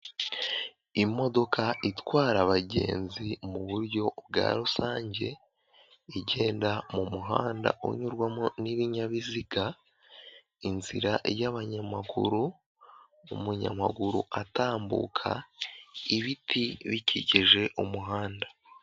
Imodoka itwara abagenzi mu buryo bwa rusange, igenda mu muhanda unyurwamo n'ibinyabiziga, inzira y'abanyamaguru, umunyamaguru atambuka, ibiti bikikije umuhanda.